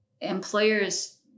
employers